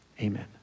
Amen